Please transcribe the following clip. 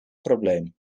probleem